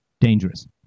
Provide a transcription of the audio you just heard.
dangerous